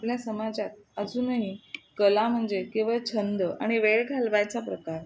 आपल्या समाजात अजूनही कला म्हणजे किंवा छंद आणि वेळ घालवायचा प्रकार